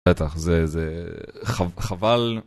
בטח, זה חבל